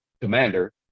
Commander